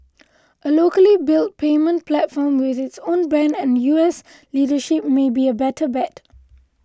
a locally built payments platform with its own brand and U S leadership may be a better bet